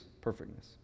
perfectness